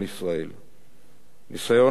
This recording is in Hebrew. ניסיון עצום, חשיבה מקורית,